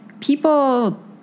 people